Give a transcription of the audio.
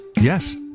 Yes